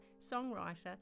songwriter